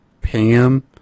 Pam